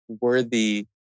worthy